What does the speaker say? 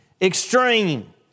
extreme